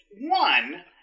One